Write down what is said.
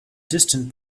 distant